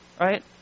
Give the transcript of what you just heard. right